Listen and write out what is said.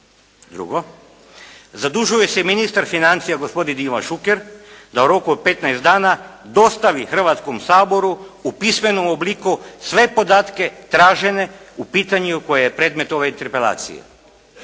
Drugo. Zadužuje se ministar financija gospodin Ivan Šuker da u roku od 15 dana dostavi Hrvatskom saboru u pismenom obliku sve podatke tražene u pitanju koje je predmet ove interpelacije.